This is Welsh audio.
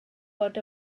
bod